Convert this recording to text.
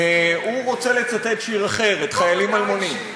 הוא רוצה לצטט שיר אחר, את "חיילים אלמונים".